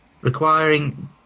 requiring